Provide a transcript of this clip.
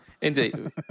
indeed